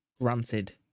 Granted